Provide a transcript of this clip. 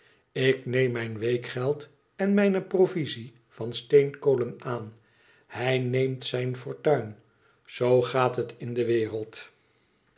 ik neem mijn weekgeld en mijne provisie van steenkolen aan hij neemt zijn fortuin zoo gaat het in de wereld